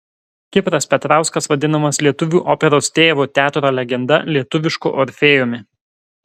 kipras petrauskas vadinamas lietuvių operos tėvu teatro legenda lietuvišku orfėjumi